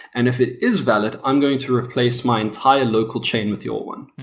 and if it is valid, i'm going to replace my entire local chain with your one